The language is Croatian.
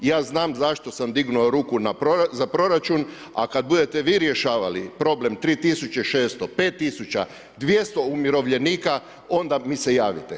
Ja znam zašto sam digao ruku za proračun, a kad budete vi rješavali problem 3600, 5200 umirovljenika onda mi se javite.